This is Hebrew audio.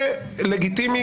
זה לגיטימי,